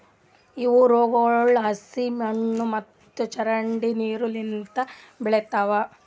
ಇವು ರೋಗಗೊಳ್ ಹಸಿ ಮಣ್ಣು ಮತ್ತ ಚರಂಡಿ ನೀರು ಲಿಂತ್ ಬೆಳಿತಾವ್